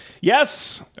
yes